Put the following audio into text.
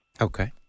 Okay